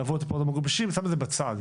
אני שם את זה בצד.